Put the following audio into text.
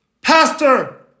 Pastor